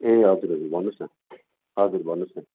ए हजुर हजुर भन्नुहोस् न हजुर भन्नुहोस् न